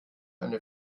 eine